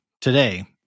today